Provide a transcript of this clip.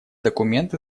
документ